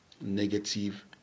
negative